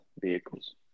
vehicles